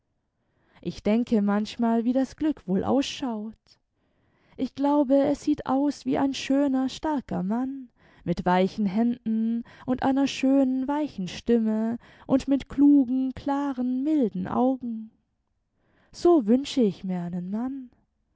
ich denke manchmal wie das glück wohl ausschaut ich glaube es sieht aus wie ein schöner starker mann mit weichen händen und einer schönen weichen stimme imd mit klugen klaren milden augen so wünsche ich mir einen mann